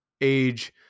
age